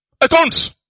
accounts